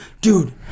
dude